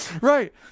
Right